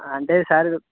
అంటే సార్